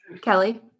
Kelly